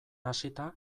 hasita